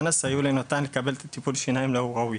אנא סייעו ליונתן לקבל את טיפול השיניים לו הוא ראוי.